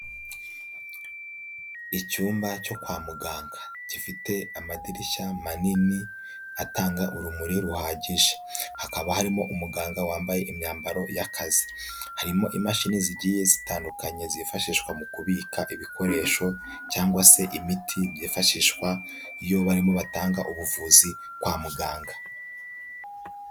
Icyumba cyo kwa muganga. Gifite amadirishya manini, atanga urumuri ruhagije. Hakaba harimo umuganga wambaye imyambaro y'akazi. Harimo imashini zigiye zitandukanye zifashishwa mu kubika ibikoresho cyangwa se imiti byifashishwa iyo barimo batanga ubuvuzi kwa muganga.